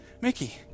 Mickey